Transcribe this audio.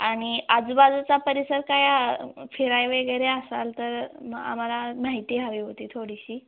आणि आजूबाजूचा परिसर काय फिरायला वगैरे असाल तर मग आम्हाला माहिती हवी होती थोडीशी